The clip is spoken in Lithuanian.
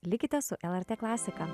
likite su lrt klasika